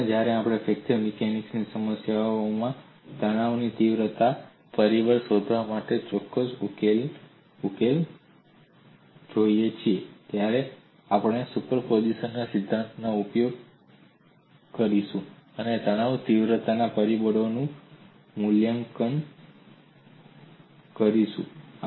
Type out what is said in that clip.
હકીકતમાં જ્યારે આપણે ફ્રેક્ચર મિકેનિક્સ સમસ્યાઓમાં તણાવની તીવ્રતા પરિબળ શોધવા માટે ચોક્કસ ઉકેલો જોઈએ છીએ ત્યારે આપણે સુપરપોઝિશન ના સિદ્ધાંતનો ઉપયોગ કરીશું અને તણાવની તીવ્રતાના પરિબળોનું મૂલ્યાંકન કરીશું